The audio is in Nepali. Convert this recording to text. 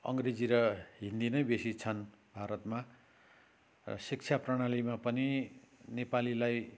अङ्ग्रेजी र हिन्दी नै बेसी छन् भारतमा र शिक्षा प्रणालीमा पनि नेपालीलाई